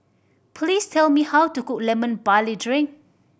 please tell me how to cook Lemon Barley Drink